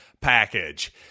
package